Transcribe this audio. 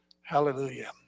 Hallelujah